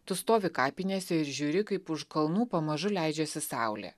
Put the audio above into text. tu stovi kapinėse ir žiūri kaip už kalnų pamažu leidžiasi saulė